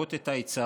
שמלבות את היצרים,